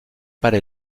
para